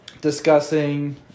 discussing